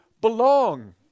belong